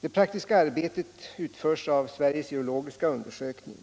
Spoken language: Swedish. Det praktiska arbetet utförs av Sveriges geologiska undersökning.